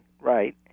right